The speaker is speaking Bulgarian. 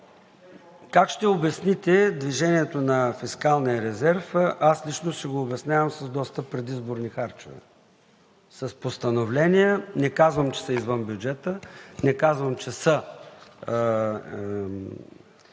как ще обясните движението на фискалния резерв? Аз лично си го обяснявам с доста предизборни харчове – с постановления, не казвам, че са извън бюджета, не казвам, че са